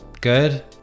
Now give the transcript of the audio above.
good